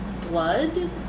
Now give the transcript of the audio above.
blood